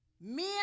men